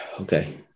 okay